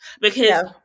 because-